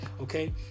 Okay